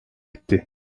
etti